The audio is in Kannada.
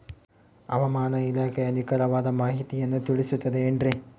ಹವಮಾನ ಇಲಾಖೆಯ ನಿಖರವಾದ ಮಾಹಿತಿಯನ್ನ ತಿಳಿಸುತ್ತದೆ ಎನ್ರಿ?